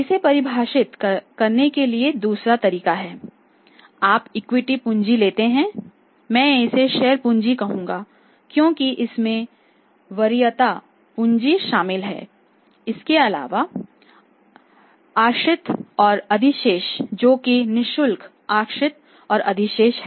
इसे परिभाषित करने का दूसरा तरीका है आप इक्विटी पूंजी लेते हैं मैं इसे शेयर पूंजी कहूंगा क्योंकि इसमें वरीयता पूंजी शामिल है इसके अलावा आरक्षित और अधिशेष जो कि निशुल्क आरक्षित और अधिशेष है